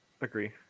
Agree